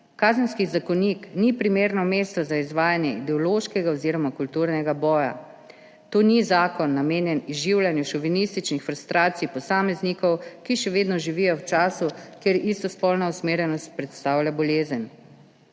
Kazenski zakonik ni primerno mesto za izvajanje ideološkega oziroma kulturnega boja. To ni zakon, namenjen izživljanju šovinističnih frustracij posameznikov, ki še vedno živijo v času, kjer istospolna usmerjenost predstavlja bolezen.